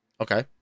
Okay